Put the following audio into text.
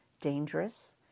dangerous